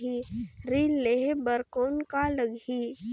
ऋण लेहे बर कौन का लगही?